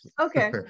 Okay